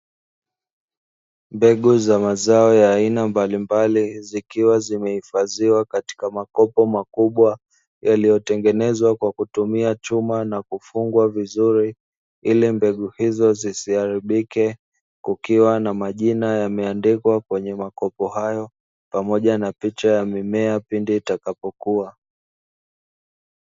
Mbegu za mazao ya aina mbalimbali zikiwa zimehifadhiwa katika makopo makubwa yaliyotengenezwa kwa kutumia chuma na kufungwa vizuri ili mbegu hizo zisiharibike kukiwa na majina yameandikwa kwenye makopo hayo pamoja na picha ya mimea pindi itakapokuwa.